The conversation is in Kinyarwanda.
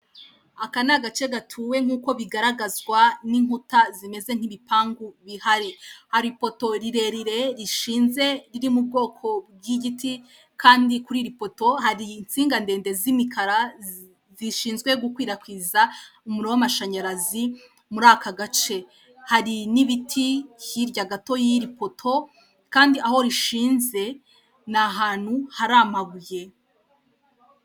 Aka ni agace gatuwe nk'uko bigaragazwa n'inkuta zimeze nk'ibipangu bihari, hari ipoto rirerire rishinze riri mu bwoko bw'igiti kandi kuri iri poto hari insinga ndende z'imikara zishinzwe gukwirakwiza umuriro w'amashanyarazi muri aka gace, hari n'ibiti hirya gato y'iri poto kandi aho rishinze ni ahantu hari amabuye.